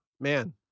man